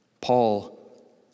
Paul